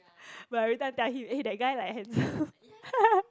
but everytime tell him eh that guy like handsome